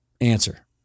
Answer